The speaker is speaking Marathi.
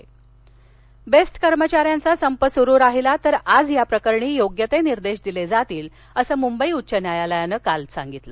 बेस्ट संप बेस्ट कर्मचाऱ्यांचा संप सूरूच राहिला तर आज या प्रकरणी योग्य ते निर्देश दिले जातील असं मृंबई उच्च न्यायालयानं काल सांगितलं